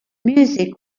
music